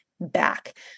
back